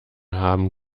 haben